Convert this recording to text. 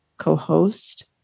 co-host